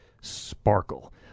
sparkle